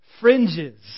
Fringes